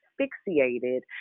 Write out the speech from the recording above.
asphyxiated